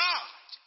God